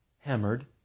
Hammered